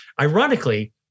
Ironically